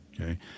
okay